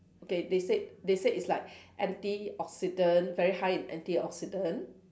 okay they said they said it's like antioxidant very high in antioxidant